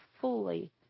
fully